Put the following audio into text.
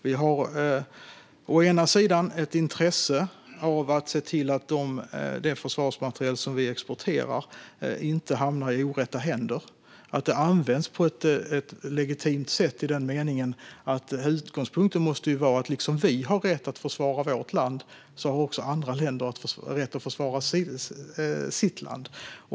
Å ena sidan har vi ett intresse av att se till att det försvarsmateriel som vi exporterar inte hamnar i orätta händer och att det används på ett legitimt sätt i meningen att utgångspunkten måste vara att andra länder har rätt att försvara sitt land liksom vi har rätt att försvara vårt land.